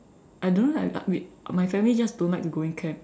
I don't like my family just don't like me going camps